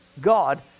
God